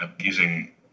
using